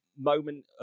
moment